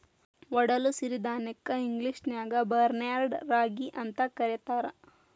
ಒಡಲು ಸಿರಿಧಾನ್ಯಕ್ಕ ಇಂಗ್ಲೇಷನ್ಯಾಗ ಬಾರ್ನ್ಯಾರ್ಡ್ ರಾಗಿ ಅಂತ ಕರೇತಾರ